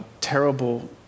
terrible